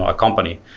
ah company,